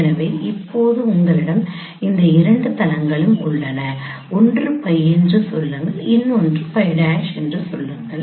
எனவே இப்போது உங்களிடம் இந்த இரண்டு தளங்களும் உள்ளன ஒன்று 𝜋 என்று சொல்லுங்கள் இன்னொன்று 𝜋′ என்று சொல்லுங்கள்